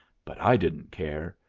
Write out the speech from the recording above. but i didn't care.